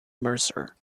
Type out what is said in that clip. mercer